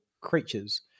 creatures